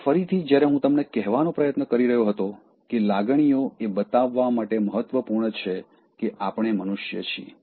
હવે ફરીથી જ્યારે હું તમને કહેવાનો પ્રયત્ન કરી રહ્યો હતો કે લાગણીઓ એ બતાવવા માટે મહત્વપૂર્ણ છે કે આપણે મનુષ્ય છીએ